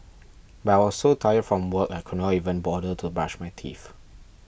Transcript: why I so tired from work I could not even bother to brush my teeth